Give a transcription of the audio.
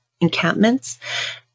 encampments